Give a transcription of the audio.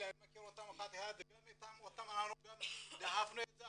אני מכיר אותם אחד-אחד וגם אנחנו דחפנו את זה,